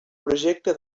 projecte